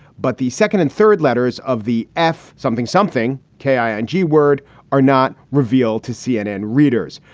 but the second and third letters of the f. something. something. k i n g word are not revealed to cnn readers.